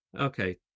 okay